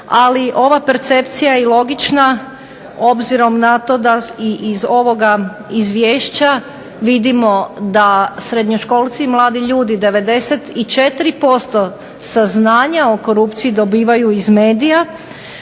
Ali ova percepcija je logična obzirom na to da i iz ovoga izvješća vidimo da srednjoškolci i mladi ljudi 94% saznanja o korupciji dobivaju iz medija